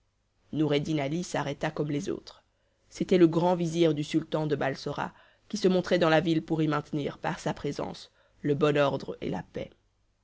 noureddin ali s'arrêta comme les autres c'était le grand vizir du sultan de balsora qui se montrait dans la ville pour y maintenir par sa présence le bon ordre et la paix